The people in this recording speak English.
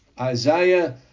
Isaiah